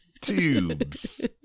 Tubes